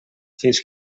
fins